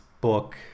book